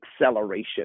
Acceleration